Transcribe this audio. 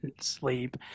sleep